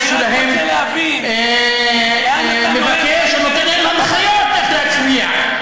שלהם מבקש או נותן להם הנחיות איך להצביע.